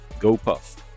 GoPuff